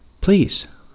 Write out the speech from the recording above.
please